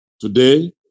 today